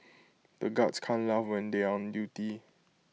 the guards can't laugh when they are on duty